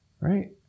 Right